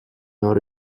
non